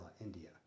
India